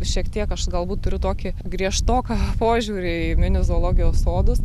šiek tiek aš galbūt turiu tokį griežtoką požiūrį į mini zoologijos sodus